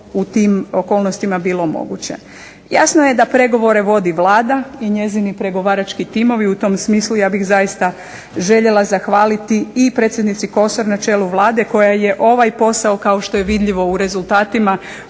u tim okolnostima bilo moguće. Jasno je da pregovore vodi Vlada i njezini pregovarački timovi. U tom smislu ja bih zaista željela zahvaliti i predsjednici Kosor na čelu Vlade koja je ovaj posao kao što je vidljivo u rezultatima